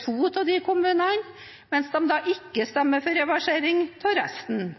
to av kommunene, mens de ikke stemmer for reversering av resten.